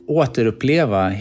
återuppleva